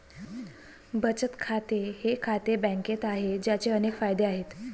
बचत खाते हे खाते बँकेत आहे, ज्याचे अनेक फायदे आहेत